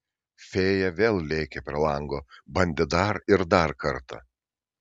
fėja vėl lėkė prie lango bandė dar ir dar kartą